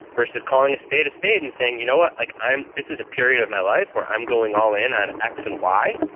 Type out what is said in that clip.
versus calling a spade a spade and saying, you know what? like this? this is a period of my life where i'm going all in on x and y.